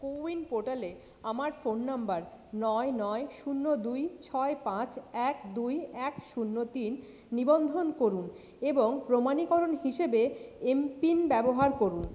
কো win পোর্টালে আমার phone number নয় নয় শূন্য দুই ছয় পাঁচ এক দুই এক শূন্য তিন নিবন্ধন করুন এবং প্রমাণীকরণ হিসাবে এমপিন ব্যবহার করুন